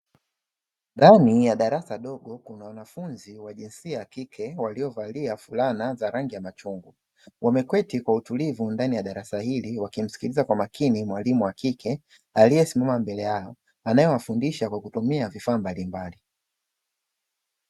Ndani ya darasa dogo kuna wanafunzi wa jinsia ya kike waliovalia fulana za rangi ya machungwa. Wameketi kwa utulivu ndani ya darasa hili wakimsikiliza kwa makini mwalimu wa kike aliyesimama mbele yao, anayewafundisha kwa kutumia vifaa mbalimbali